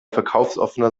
verkaufsoffener